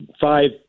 five